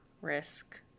risk